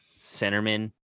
centerman